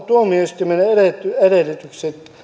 tuomioistuimilla siihen edellytykset